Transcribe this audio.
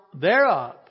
thereof